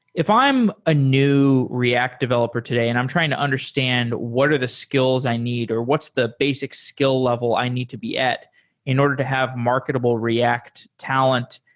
if i am a new react developer today and i'm trying to understand what are the skills i need or what's the basic skill level i need to be at in order to have marketable react talent,